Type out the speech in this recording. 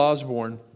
Osborne